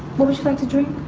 what would you like to drink?